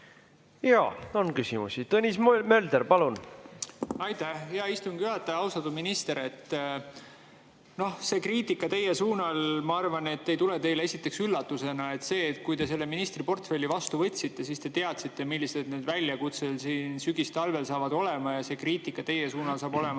Jaa, on küsimusi. Tõnis Mölder, palun! Aitäh, hea istungi juhataja! Austatud minister! See kriitika teie suunal, ma arvan, ei tule teile üllatusena. Kui te selle ministriportfelli vastu võtsite, siis te teadsite, millised need väljakutsed sügistalvel saavad olema ja et kriitika teie suunal saab olema